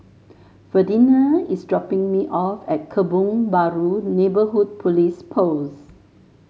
Ferdinand is dropping me off at Kebun Baru Neighbourhood Police Post